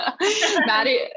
Maddie